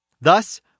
Thus